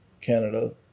Canada